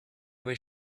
was